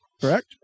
correct